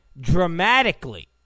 dramatically